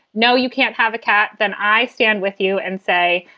no, you can't have a cat. then i stand with you and say,